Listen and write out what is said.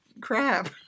crap